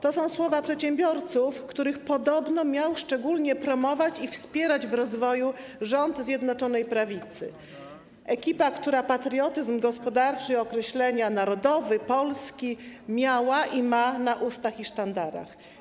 To są słowa przedsiębiorców, których podobno miał szczególnie promować i wspierać w rozwoju rząd Zjednoczonej Prawicy, ekipa, która patriotyzm gospodarczy, określenia: narodowy, polski miała i ma na ustach i sztandarach.